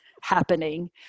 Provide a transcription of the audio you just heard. happening